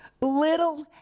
little